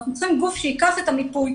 אנחנו צריכים גוף שייקח את המיפוי,